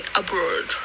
abroad